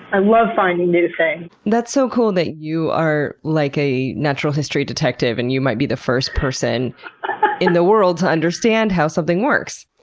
i love finding new things. that's so cool that you are, like, a natural history detective and you might be the first person in the world to understand how something works.